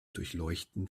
durchleuchten